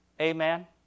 Amen